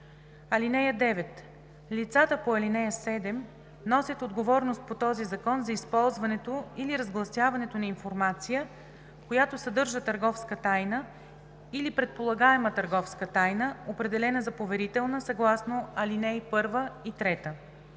(9) Лицата по ал. 7 носят отговорност по този закон за използването или разгласяването на информация, която съдържа търговска тайна или предполагаема търговска тайна, определена за поверителна съгласно ал. 1 и 3.“